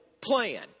plan